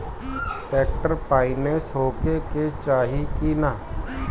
Tractor पाईनेस होखे के चाही कि ना?